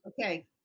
okay